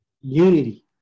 unity